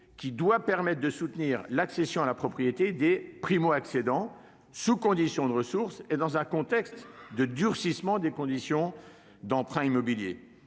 qui doit permettre de soutenir l'accession à la propriété des primo-accédants, sous conditions de ressources, dans un contexte de durcissement des conditions d'emprunt immobilier.